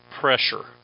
pressure